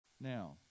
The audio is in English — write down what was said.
Now